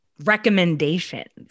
recommendations